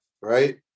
right